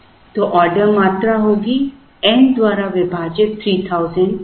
तो ऑर्डर मात्रा होगी n द्वारा विभाजित 3000 3000 n